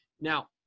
Now